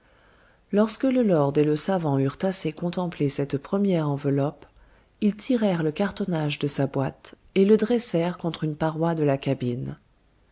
lorsque le lord et le savant eurent assez contemplé cette première enveloppe ils tirèrent le cartonnage de sa boîte et le dressèrent contre une paroi de la cabine